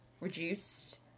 reduced